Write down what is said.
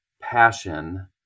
passion